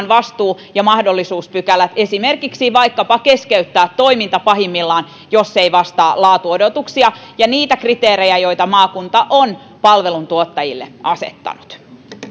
vastuu ja mahdollisuus pykälien nojalla pahimmillaan esimerkiksi keskeyttää toiminta jos se ei vastaa laatuodotuksia ja niitä kriteerejä joita maakunta on palveluntuottajille asettanut